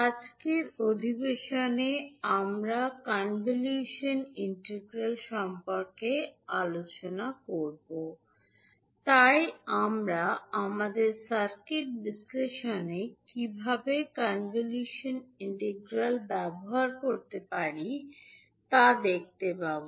আজকের অধিবেশনে আমরা কনভলিউশন ইন্টিগ্রাল সম্পর্কে আলোচনা করব তাই আমরা আমাদের সার্কিট বিশ্লেষণে কীভাবে কনভলিউশন ইন্টিগ্রালটি ব্যবহার করতে পারি তা দেখতে পাব